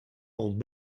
old